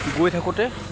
গৈ থাকোঁতে